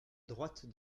droite